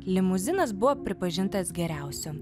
limuzinas buvo pripažintas geriausiu